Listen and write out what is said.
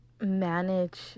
manage